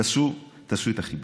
תעשו את החיבורים.